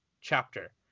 chapter